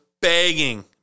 begging